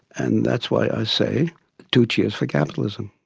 and that's why i say two cheers for capitalism.